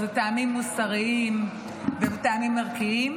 שהם טעמים מוסריים וטעמים ערכיים,